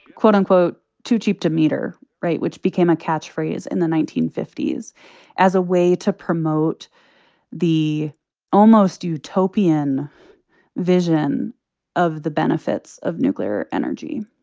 quote-unquote, too cheap to meter right? which became a catchphrase in the nineteen fifty s as a way to promote the almost utopian vision of the benefits of nuclear energy